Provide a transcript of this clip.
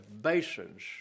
basins